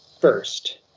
first